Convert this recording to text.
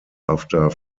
after